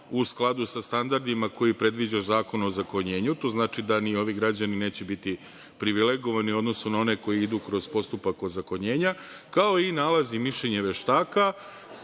u skladu sa standardima koji predviđa Zakon o ozakonjenju. To znači da ni ovi građani neće biti privilegovani u odnosu na one koji idu kroz postupak ozakonjenja, kao i nalaz i mišljenje veštaka,